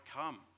come